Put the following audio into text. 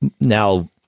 now